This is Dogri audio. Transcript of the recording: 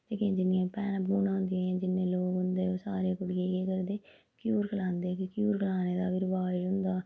जेह्कियां जिन्नियां बी भैनां भुनां होंदियां न जिन्ने लोक होंदे ओह् सारे कुड़ियै गी केह् करदे घ्यूर खलांदे कि घ्यूर खलाने दा बी रवाज़ होंदा